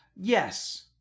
Yes